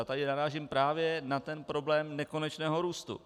Tady narážím právě na ten problém nekonečného růstu.